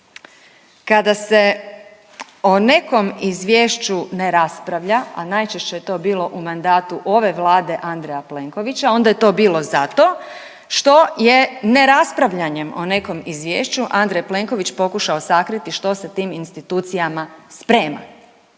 Kada se o nekom izvješću ne raspravlja, a najčešće je to bilo u mandatu ove Vlade Andreja Plenkovića onda je to bilo zato što je ne raspravljanjem o nekom izvješću Andrej Plenković pokušao sakriti što se tim institucijama sprema